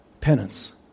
penance